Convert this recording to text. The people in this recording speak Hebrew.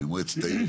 ממועצת העיר,